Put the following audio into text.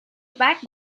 back